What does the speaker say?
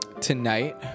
tonight